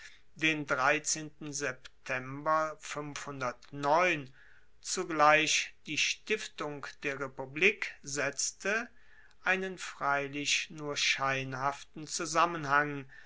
den september zugleich die stiftung der republik setzte einen freilich nur scheinhaften zusammenhang